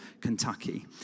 Kentucky